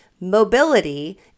Mobility